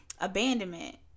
abandonment